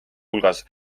hulgas